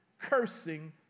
cursing